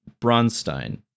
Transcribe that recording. Bronstein